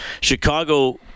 Chicago